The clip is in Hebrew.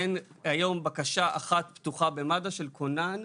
אין היום בקשה אחת פתוחה במד"א של כונן,